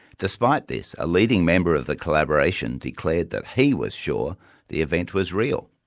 despite this, a leading member of the collaboration declared that he was sure the event was real.